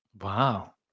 Wow